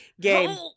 game